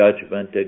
judgment